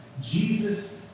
Jesus